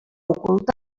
oculta